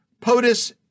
POTUS